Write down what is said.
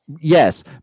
Yes